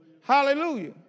Hallelujah